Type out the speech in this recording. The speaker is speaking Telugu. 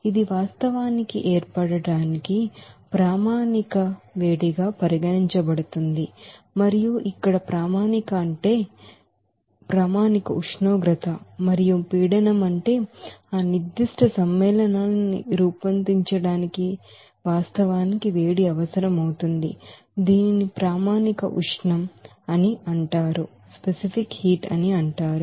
ఇది వాస్తవానికి స్టాండర్డ్ హీట్ అఫ్ ఫార్మషన్ గా పరిగణించబడుతుంది మరియు ఇక్కడ స్టాండర్డ్ప్రామాణిక అంటే స్టాండర్డ్ టెంపరేచర్ మరియు ప్రెషర్పీడనం అంటే ఆ పర్టికులర్ కాంపౌండ్ న్ని రూపొందించడానికి వాస్తవానికి హీట్ అవసరం అవుతుంది దీనిని స్టాండర్డ్ హీట్ అఫ్ ఫార్మషన్ అని అంటారు